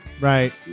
right